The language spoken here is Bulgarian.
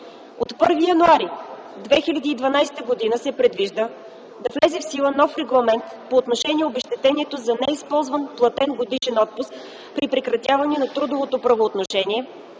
От 1 януари 2012 г. се предвижда да влезе в сила нов регламент по отношение обезщетението за неизползван платен годишен отпуск при прекратяване на трудовото правоотношение,